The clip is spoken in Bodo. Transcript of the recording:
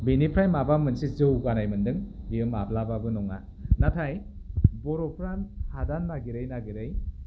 बिनिफ्राय माबा मोनसे जौगानाय मोन्दों बियो माब्लाबाबो नङा नाथाय बर'फ्रा हादान नागिरै नागिरै